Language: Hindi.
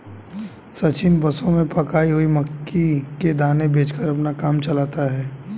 सचिन बसों में पकाई हुई मक्की के दाने बेचकर अपना काम चलाता है